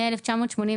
מ-1989,